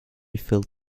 felt